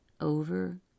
over